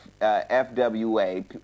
FWA